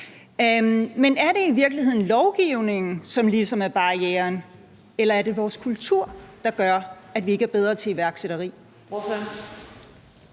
Men er det i virkeligheden lovgivningen, som ligesom er barrieren, eller er det vores kultur, der gør, at vi ikke er bedre til iværksætteri?